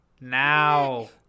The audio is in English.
now